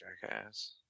jackass